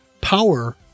power